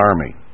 army